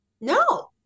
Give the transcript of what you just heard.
No